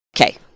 Okay